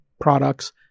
products